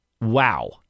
Wow